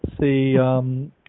see